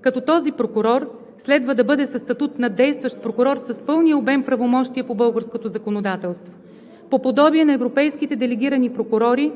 като този прокурор следва да бъде със статут на действащ прокурор с пълния обем на правомощия по българското законодателство – по подобие на европейските делегирани прокурори